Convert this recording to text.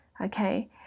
okay